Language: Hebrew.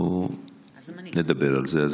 היו"ר מאיר כהן: אוקיי, אנחנו נדבר על זה.